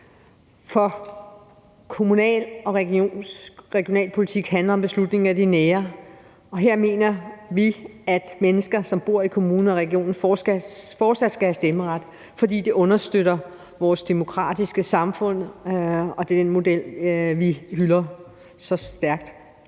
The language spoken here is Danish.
Kommunal- og regionalpolitik handler om beslutninger i det nære, og her mener vi, at mennesker, som bor i kommunen og regionen, forsat skal have stemmeret, fordi det understøtter vores demokratiske samfund, og det er en model, vi hylder så stærkt.